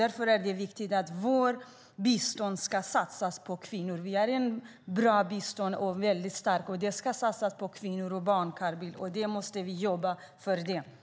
Därför är det viktigt att vårt bistånd satsas på kvinnorna. Sverige är en bra och stark biståndsgivare och ska därför satsa på kvinnorna och barnen. Vi måste jobba för det, Carl Bildt.